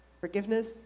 forgiveness